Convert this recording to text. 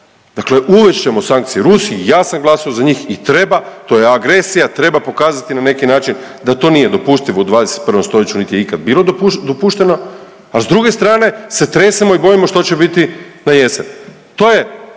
Dakle uvest ćemo sankcije Rusiji, jasan i glasno za njih i treba, to je agresija, treba pokazati na neki način da to nije dopustivo u 21. st. niti je ikad bilo dopušteno, a s druge strane se tresemo i bojimo što će biti najesen. To je